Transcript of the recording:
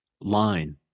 line